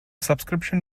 subscription